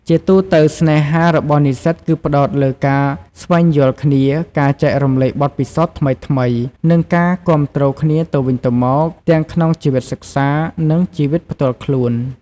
ជាទូទៅ ស្នេហារបស់និស្សិតគឺផ្តោតលើការ ស្វែងយល់គ្នា ការ ចែករំលែកបទពិសោធន៍ថ្មីៗ និងការ គាំទ្រគ្នាទៅវិញទៅមក ទាំងក្នុងជីវិតសិក្សា និងជីវិតផ្ទាល់ខ្លួន។